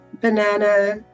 banana